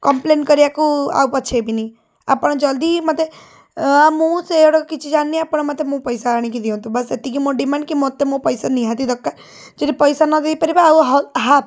complain କରେଇବାକୁ ଆଉ ପଛେଇବିନି ଆପଣ ଜଲ୍ଦି ହି ମୋତେ ଆଉ ମୁଁ ସେଗୁଡ଼ାକ କିଛି ଜାଣିନି ଆପଣ ମୋତେ ମୋ ପଇସା ଆଣିକି ଦିଅନ୍ତୁ ବସ୍ ସେତିକି ମୋ ଡିମାଣ୍ଡ କି ମୋତେ ମୋ ପଇସା ନିହାତି ଦରକାର ଯଦି ପଇସା ନ ଦେଇ ପାରିବେ ଆଉ ହ ହାପ୍